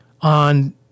on